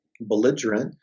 belligerent